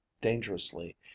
dangerously